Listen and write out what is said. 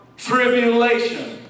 tribulation